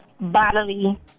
bodily